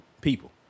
People